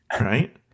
right